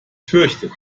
fürchtet